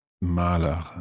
Maler